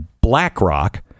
BlackRock